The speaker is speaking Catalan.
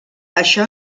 això